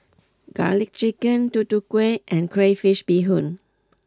Garlic Chicken Tutu Kueh and Crayfish Beehoon